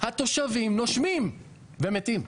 התושבים נושמים ומתים.